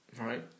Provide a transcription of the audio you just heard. Right